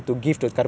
oh